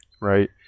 right